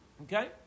Okay